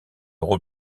rôle